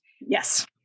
Yes